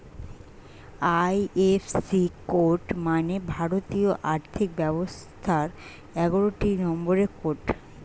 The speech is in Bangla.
আই.এফ.সি কোড মানে ভারতীয় আর্থিক ব্যবস্থার এগারোটি নম্বরের কোড